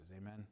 Amen